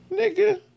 Nigga